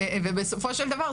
בסופו של דבר,